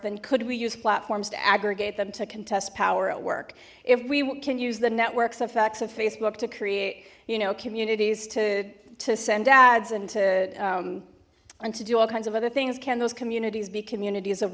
then could we use platforms to aggregate them to contest power at work if we can use the network's effects of facebook to create you know communities to to send ads and to and to do all kinds of other things can those communities be communities of